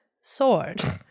sword